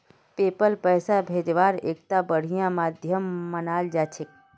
PayPal पैसा भेजवार एकता बढ़िया माध्यम मानाल जा छेक